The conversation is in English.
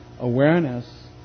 awareness